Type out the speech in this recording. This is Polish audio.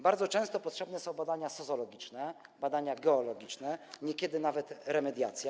Bardzo często potrzebne są badania sozologiczne, badania geologiczne, niekiedy nawet remediacja.